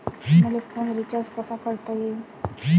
मले phone recharge कसा करता येईन?